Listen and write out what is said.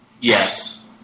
Yes